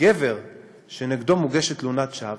גבר שנגדו מוגשת תלונת שווא